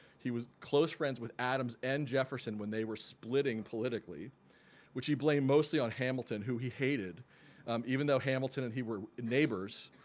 he was close friends with adams and jefferson when they were splitting politically which he blamed mostly on hamilton who he hated even though hamilton and he were neighbors.